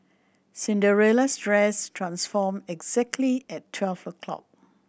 Cinderella's dress transformed exactly at twelve o'clock